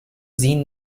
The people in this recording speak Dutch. zien